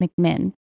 McMinn